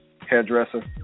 hairdresser